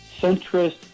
centrist